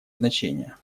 значение